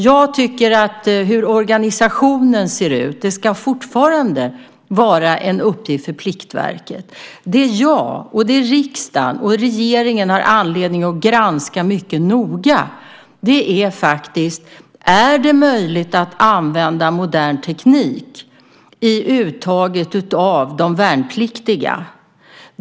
Jag tycker att hur organisationen ser ut fortfarande ska vara en uppgift för Pliktverket. Det som jag, riksdagen och regeringen har anledning att granska mycket noga är om det är möjligt att använda modern teknik när man tar ut de värnpliktiga.